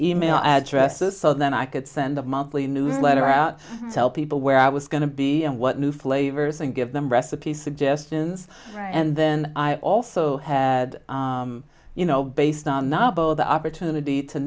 e mail addresses so then i could send a monthly newsletter out to tell people where i was going to be and what new flavors and give them recipes suggestions and then i also had you know based on the opportunity to